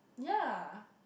ya